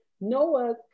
Noah